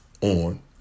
on